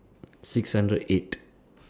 six hundred eight